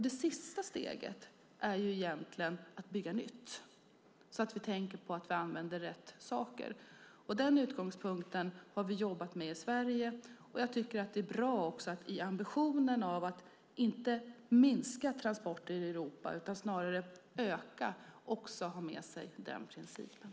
Det sista steget är egentligen att bygga nytt, så att vi tänker på att vi använder rätt saker. Den utgångspunkten har vi jobbat med i Sverige. Jag tycker att det är bra att i ambitionen att inte minska transporter i Europa utan snarare öka dem också ha med sig den principen.